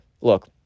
look